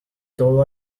todo